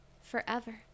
Forever